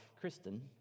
Kristen